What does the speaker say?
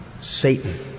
Satan